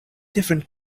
different